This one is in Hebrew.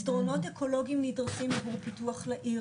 מסדרונות אקולוגיים נדרסים עבור פיתוח לעיר.